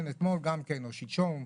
או שלשום,